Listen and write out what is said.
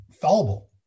fallible